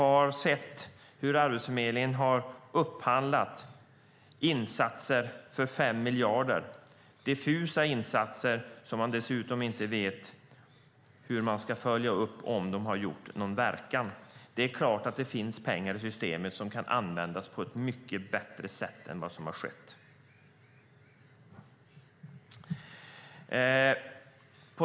Arbetsförmedlingen har också upphandlat diffusa insatser för 5 miljarder. Dessutom vet man inte hur man ska följa upp om de har gjort någon verkan. Det är klart att det finns pengar i systemet som kan användas på ett mycket bättre sätt än vad som har skett.